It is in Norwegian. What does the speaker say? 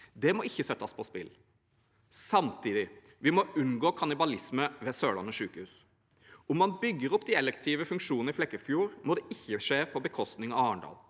Det må ikke settes på spill. Samtidig må vi unngå kannibalisme ved Sørlandet sykehus: Om man bygger opp de elektive funksjonene i Flekkefjord, må det ikke skje på bekostning av Arendal.